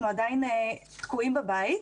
אנחנו עדיין תקועים בבית.